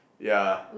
ya